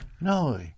No